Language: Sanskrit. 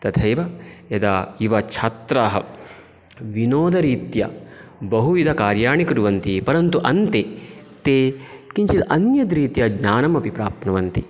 तथैव यदा युवच्छात्राः विनोदरीत्या बहुविधकार्याणि कुर्वन्ति परन्तु अन्ते ते किञ्चित् अन्यद्रीत्या ज्ञानमपि प्राप्नुवन्ति